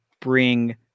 bring